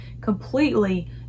completely